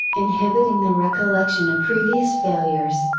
inhibiting the recollection of previous failures,